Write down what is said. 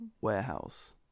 Warehouse